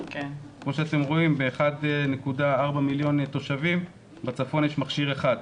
כמו שאתם רואים ל-1.4 מיליון תושבים בצפון יש מכשיר אחד.